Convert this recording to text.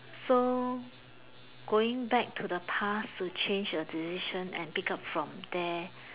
so going back to the past to change a decision and pick up from there